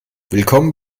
willkommen